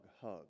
hug